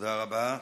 תודה רבה.